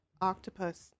octopus